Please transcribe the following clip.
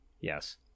Yes